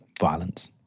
violence